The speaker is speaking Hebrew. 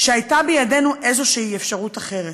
שהייתה בידנו אפשרות אחרת.